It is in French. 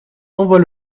envoie